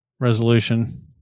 resolution